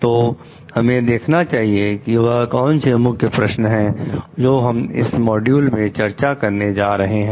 तो हमें देखना चाहिए कि वह कौन से मुख्य प्रश्न है जो हम इस मॉड्यूल में चर्चा करने जा रहे हैं